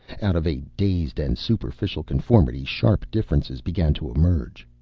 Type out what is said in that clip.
out of a dazed and superficial conformity, sharp differences began to emerge.